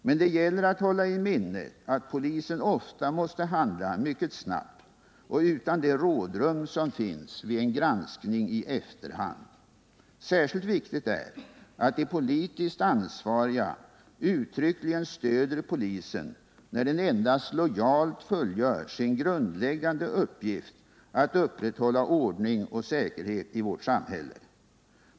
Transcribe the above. Men det gäller att hålla i minnet att polisen ofta måste handla mycket snabbt och utan det rådrum som finns vid en granskning i efterhand. Särskilt viktigt är att de politiskt ansvariga uttryckligen stöder polisen när den endast lojalt fullgör sin grundläggande uppgift att upprätthålla ordning och säkerhet i vårt samhälle.